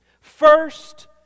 first